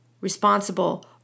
responsible